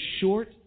short